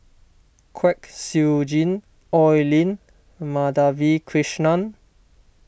Kwek Siew Jin Oi Lin Madhavi Krishnan